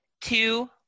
two